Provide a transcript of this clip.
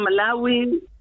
Malawi